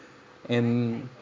and